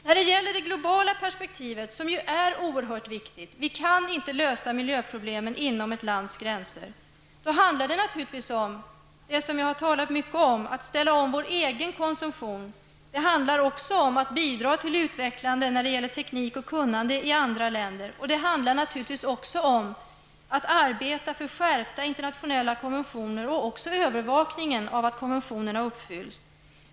När det gäller de globala perspektivet -- som ju är oerhört viktigt, eftersom det inte är möjligt att lösa miljöproblemen inom ett lands gränser -- handlar det naturligtvis om det som jag har talat mycket om. Vi måste alltså ställa om vår egen konsumtion. Men vi måste också bidra till en utveckling när det gäller teknik och kunnande i andra länder. Självfallet handlar det också om att vi måste arbeta för skärpta internationella konventioner och för att kraven på övervakningen av dessa uppfylls.